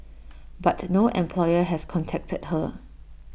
but no employer has contacted her